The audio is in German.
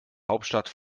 hauptstadt